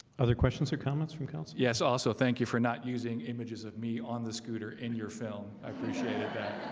other questions or comments from council. yes. also. thank you for not using images of me on the scooter in your film i appreciated that.